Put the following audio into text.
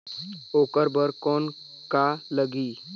ओकर बर कौन का लगी?